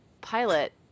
pilot